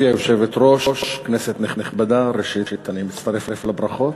היושבת-ראש, כנסת נכבדה, ראשית, אני מצטרף לברכות,